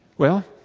well,